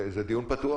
זה דיון פתוח.